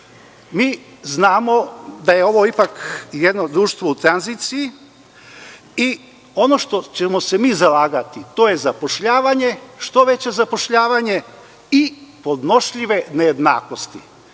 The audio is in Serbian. Mi znamo da je ovo ipak jedno društvo u tranziciji. Ono za šta ćemo se mi zalagati, to je zapošljavanje, što veće zapošljavanje i podnošljive nejednakosti.